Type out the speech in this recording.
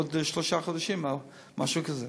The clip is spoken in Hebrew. עוד שלושה חודשים, משהו כזה.